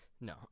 no